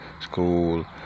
school